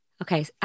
Okay